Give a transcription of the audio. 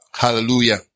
Hallelujah